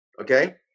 okay